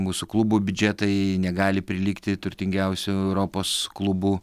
mūsų klubų biudžetai negali prilygti turtingiausių europos klubų